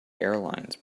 airlines